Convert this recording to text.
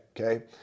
okay